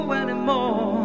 anymore